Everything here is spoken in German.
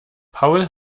paul